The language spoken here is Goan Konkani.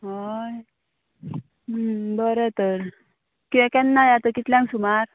हय बरें तर कियें केन्ना या तर कितल्यांक सुमार